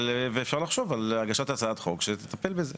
אבל, ואפשר לחשוב על הגשת הצעת חוק שתטפל בזה.